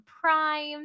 Prime